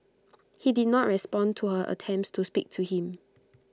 he did not respond to her attempts to speak to him